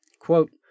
Quote